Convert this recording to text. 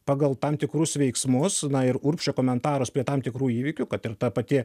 pagal tam tikrus veiksmus na ir urbšio komentarus prie tam tikrų įvykių kad ir ta pati